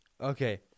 Okay